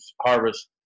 harvest